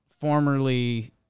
formerly